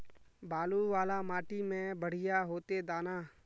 बालू वाला माटी में बढ़िया होते दाना?